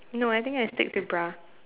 no I think I stick to bra